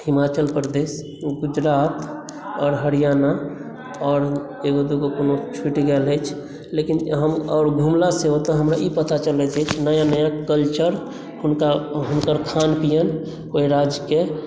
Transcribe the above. हिमाचल प्रदेश गुजरात आओर हरियाणा आओर एगो दूगो कोनो छुटि गेल अछि लेकिन हम आओर घुमलासँ हमरा ई पता चलैत अछि नया नया कल्चर हुनका हुनकर खान पीन ओहि राज्यके